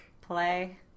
play